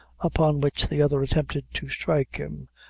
upon which the other attempted to strike him,